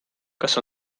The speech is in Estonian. kas